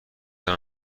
دارم